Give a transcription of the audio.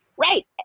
Right